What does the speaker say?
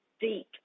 deep